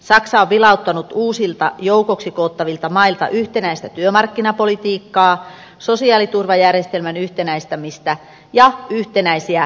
saksa on vilauttanut uusilta joukoksi koottavilta mailta yhtenäistä työmarkkinapolitiikkaa sosiaaliturvajärjestelmän yhtenäistämistä ja yhtenäisiä verokantoja